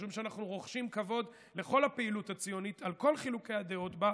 משום שאנחנו רוחשים כבוד לכל הפעילות הציונית על כל חילוקי הדעות בה.